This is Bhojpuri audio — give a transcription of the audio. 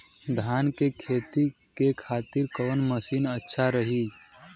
धान के खेती के खातिर कवन मशीन अच्छा रही?